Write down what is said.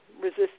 resist